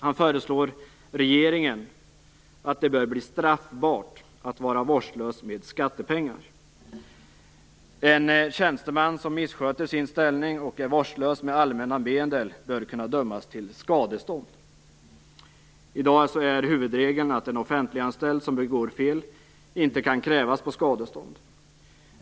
Han föreslår regeringen att det bör bli straffbart att vara vårdslös med skattepengar. Den tjänsteman som missköter sin ställning och är vårdslös med allmänna medel bör kunna dömas till skadestånd. I dag är huvudregeln att en offentliganställd som begår fel inte kan krävas på skadestånd.